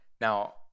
Now